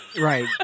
Right